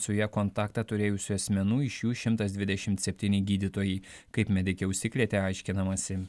su ja kontaktą turėjusių asmenų iš jų šimtas dvidešimt septyni gydytojai kaip medikė užsikrėtė aiškinamasi